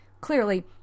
Clearly